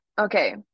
Okay